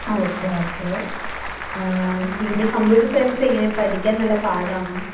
okay okay പിന്നെ computer science എങ്ങനെയാ പഠിക്കാൻ നല്ല പാടാണോ